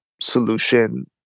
solution